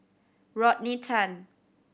Rodney Tan